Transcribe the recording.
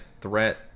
threat